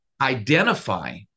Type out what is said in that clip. identify